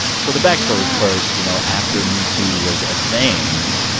so the backstory. yeah. first. you know, after metoo was a thing,